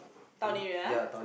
town area ah